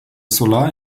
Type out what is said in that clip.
solar